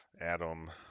Adam